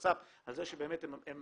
שצ"פ על זה שהם